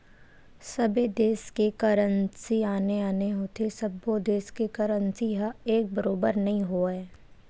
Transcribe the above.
सबे देस के करेंसी आने आने होथे सब्बो देस के करेंसी ह एक बरोबर नइ होवय